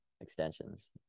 extensions